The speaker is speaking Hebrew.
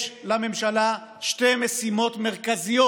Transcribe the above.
יש לממשלה שתי משימות מרכזיות